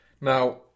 Now